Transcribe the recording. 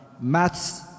maths